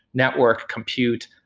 network, compute,